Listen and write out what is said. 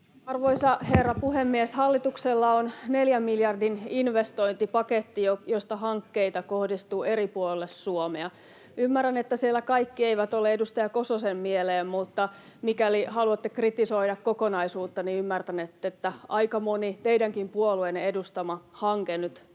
Arvoisa herra puhemies! Hallituksella on neljän miljardin investointipaketti, josta hankkeita kohdistuu eri puolille Suomea. [Ben Zyskowicz: Kepu vastustaa!] Ymmärrän, että niistä kaikki eivät ole edustaja Kososen mieleen, mutta mikäli haluatte kritisoida kokonaisuutta, niin ymmärtänette, että aika moni teidänkin puolueenne edustama hanke nyt todellakin